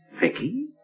Vicky